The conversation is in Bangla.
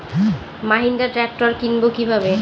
মাহিন্দ্রা ট্র্যাক্টর কিনবো কি ভাবে?